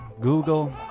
Google